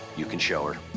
you can show her.